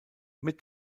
mit